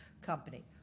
company